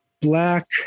Black